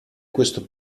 questo